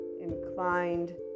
inclined